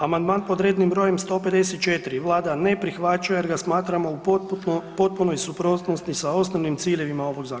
Amandman pod rednim brojem 154 Vlada ne prihvaća jer ga smatramo u potpunoj suprotnosti s osnovnim ciljevima ovog zakona.